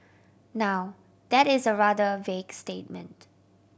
now that is a rather vague statement